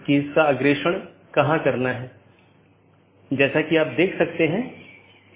इसलिए सूचनाओं को ऑटॉनमस सिस्टमों के बीच आगे बढ़ाने का कोई रास्ता होना चाहिए और इसके लिए हम BGP को देखने की कोशिश करते हैं